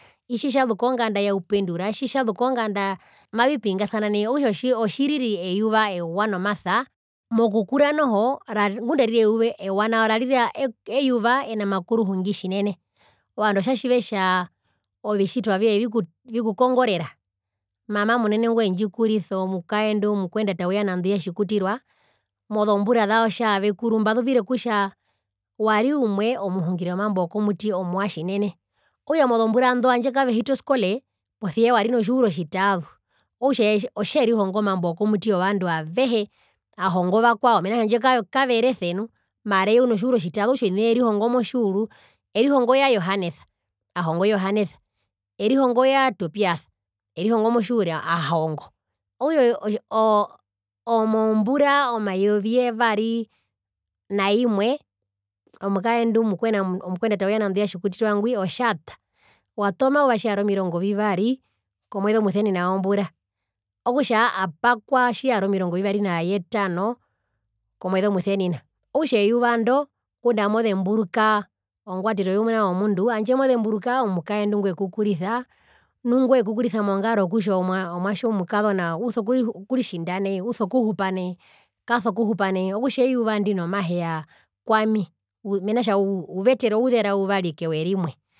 Itji tjazu konganda ya upendura itji tjazu konganda mavipingasana nai okutja otji otjiriri eyuva ewa nomasa mokukura noho ngunda ariri eyuvaewa nao rarira eyuva ena makuruhungi tjinene ovandu otja tjivetja ovitjitwa vyoye vikukongorera mama omunene ngwendjikurisa omukaendu omukuendata woyanandu yatjikutirua mozombura zao tjavekuru mbazuvire kutja wari umwe omuhungire womambo wokmuti omuwa tjinene okutja mozombura ndo handje kavehiti oskole posia eye wari notjiuru otjitaazu okutja eye otjerihongo mambo wokomuti yovandu avehe ahongo vakwao mena kutja handje kaverese nu mara eye uno tjiuru otjitaazu okutja ovina eerihongo motjiuru erihongo oya johanesa ahongo johanesa erihongo yaa tobiasa erihongo motjiuru ahongo okutja aaoo oo oomombura omayovi yevari naimwe omukaendu omukuendata woya nandu ya tjikutirua ngwi otjata wata omyuva tjiyari omirongo vivari komweze omusenina wombura okutja apakwa tjiyari omirongo vivari nayetano komweze omusenina okutja eyuva ndo ngunda amozemburuka ongwatero yomuna womundu handje mozemburuka omukaendu ngwekukurisa nu ngwekukurisa mongaro yokutja omwatje omukazona uso kuritjinda nai uso kuhupa nai kaso kuhupa nai okutja eyuva ndino maheya kwami mena rokutja uvetera ouzera uvari kewe rimwe.